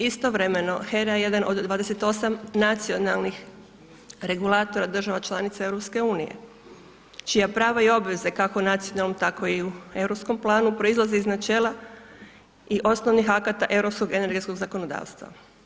Istovremeno HERA je jedna od 28 nacionalnih regulatora država članica EU, čija prava i obveze, kako nacionalne tako i u europskom planu, proizlazi iz načela i osnovnih akata europskog energetskog zakonodavstva.